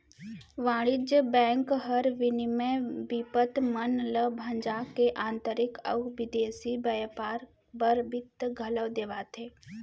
वाणिज्य बेंक हर विनिमय बिपत मन ल भंजा के आंतरिक अउ बिदेसी बैयपार बर बित्त घलौ देवाथे